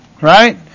right